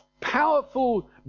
powerful